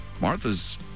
Martha's